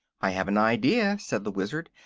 i have an idea, said the wizard,